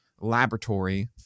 laboratory